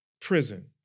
prison